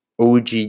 OG